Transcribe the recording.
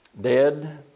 dead